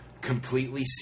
completely